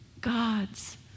God's